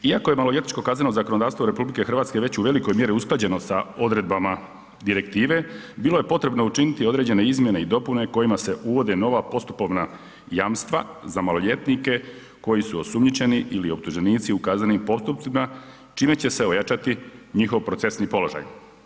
Iako je maloljetničko kazneno zakonodavstvo RH već u velikoj mjeri usklađeno sa odredbama Direktive bilo je potrebno učiniti određene izmjene i dopune kojima se uvode nova postupovna jamstva za maloljetnike koji su osumnjičeni ili optuženici u kaznenim postupcima čime će se ojačati njihov procesni položaj.